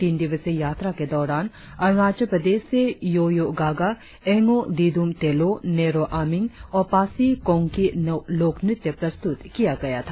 तीन दिवसीय यात्रा के दौरान अरुणाचल प्रदेश से योयो गागा एडो डिदुम तेलो नेरो अमिंग और पासी कोंगकी लोक नृत्य प्रस्तुत किया गया था